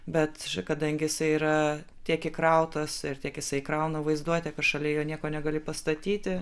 bet kadangi jisai yra tiek įkrautas tiek jisai įkrauna vaizduotę kad šalia jo nieko negali pastatyti